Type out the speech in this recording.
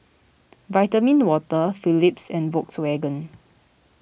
Vitamin Water Philips and Volkswagen